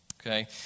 Okay